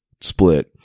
split